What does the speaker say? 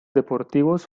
deportivos